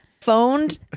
phoned